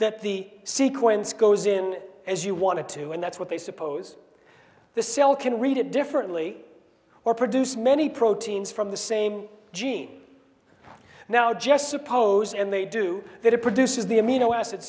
that the sequence goes in as you wanted to and that's what they suppose the cell can read it differently or produce many proteins from the same gene now just suppose and they do that it produces the amino acid